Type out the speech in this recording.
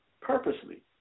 purposely